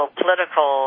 political